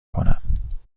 کنم